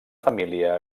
família